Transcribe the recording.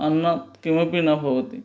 अन्यत् किमपि न भवति